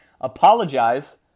apologize